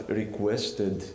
requested